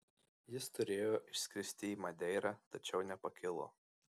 jis turėjo išskristi į madeirą tačiau nepakilo